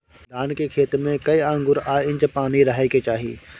धान के खेत में कैए आंगुर आ इंच पानी रहै के चाही?